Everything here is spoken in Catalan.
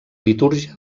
litúrgia